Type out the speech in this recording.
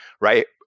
right